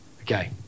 Okay